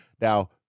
Now